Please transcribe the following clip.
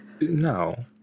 No